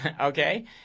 okay